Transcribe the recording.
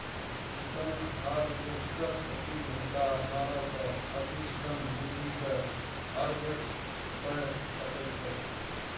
chicken harvester प्रति घंटा अट्ठारह सं छब्बीस टन मुर्गी कें हार्वेस्ट कैर सकै छै